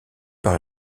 par